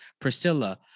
Priscilla